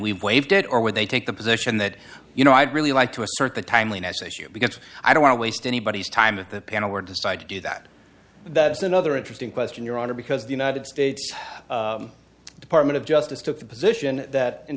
we waived it or would they take the position that you know i'd really like to assert the timeliness issue because i don't want to waste anybody's time at the piano or decide to do that that's another interesting question your honor because the united states department of justice took the position that in